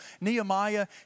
Nehemiah